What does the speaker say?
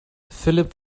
philipp